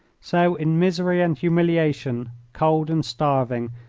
so in misery and humiliation, cold and starving,